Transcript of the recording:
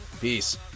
Peace